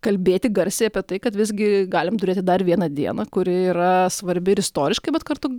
kalbėti garsiai apie tai kad visgi galim turėti dar vieną dieną kuri yra svarbi ir istoriškai bet kartu